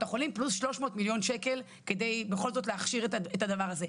החולים פלוס 300 מיליון שקל כדי בכל זאת להכשיר את הדבר הזה.